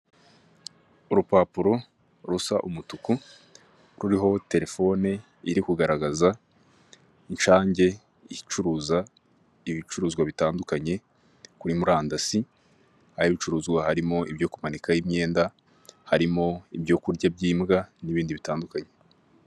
Urupapuro rusa umutuku ruriho telefoni iri kugaragaza inshange icuruza ibicuruzwa bitandukanye, kuri murandasi aho ibicuruzwa harimo ibyo kumanikaho imyenda harimo ibyokurya by'imbwa n'ibindi bitandukanye.